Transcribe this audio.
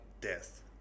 death